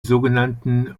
sogenannten